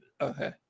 Okay